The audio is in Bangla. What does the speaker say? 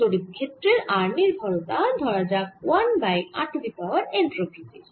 তড়িৎ ক্ষেত্রের r নির্ভরতা ধরা যাক 1 by r to the power n প্রকৃতির